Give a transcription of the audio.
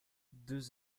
deux